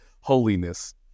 holiness